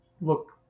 look